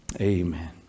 Amen